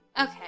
Okay